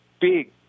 big